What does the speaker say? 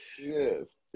yes